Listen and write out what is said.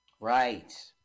Right